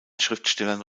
schriftstellern